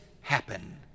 happen